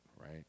right